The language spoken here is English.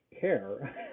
care